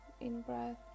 in-breath